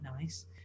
nice